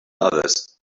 others